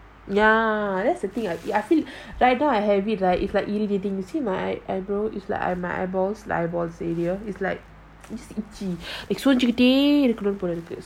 ya that's the thing I I feel like I have habit like is like irritating you see my eyebrow is like I my eyeballs my eyeballs area is like is itchy சொறிஞ்சிகிட்டேஇருக்கனும்போலஇருக்கு:sorinjikite irukanum pola iruku